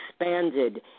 expanded